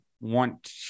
want